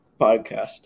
podcast